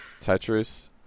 Tetris